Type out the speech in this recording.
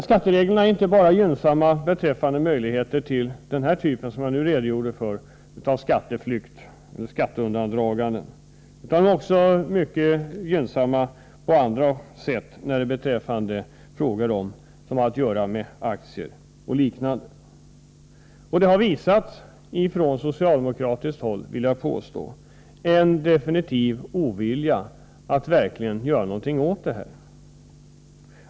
Skattereglerna är inte bara gynnsamma beträffande möjligheten till den typ av skatteflykt som jag nyss redogjorde för, utan också mycket gynnsamma på andra sätt beträffande frågor som har att göra med aktier och annan förmögenhet. Jag skulle vilja påstå att socialdemokraterna absolut har visat en ovilja att verkligen göra någonting åt detta.